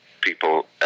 people